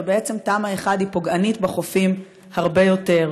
ובעצם תמ"א 1 פוגענית בחופים הרבה יותר.